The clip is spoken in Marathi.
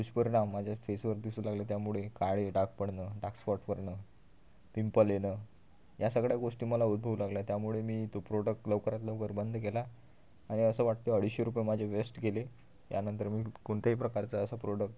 दुष्परिणाम माझ्या फेसवर दिसू लागले त्यामुळे काळे डाग पडणं डाक्स स्पॉट पडनं पिंपल येणं या सगळया गोष्टी मला उद्भवू लागल्या त्यामुळे मी ते प्रोडक लवकरात लवकर बंद केला आणि असं वाटतं अडीचशे रुपये माझे वेस्ट गेले त्यानंतर मी कोणत्याही प्रकारचा असा प्रोडक